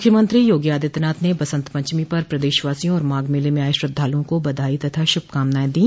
मुख्यमंत्री योगी आदित्यनाथ ने न बसंत पंचमी पर प्रदेशवासियों और माघ मेले में आये श्रद्वालुओं को बधाई तथा शुभकामनाएं दी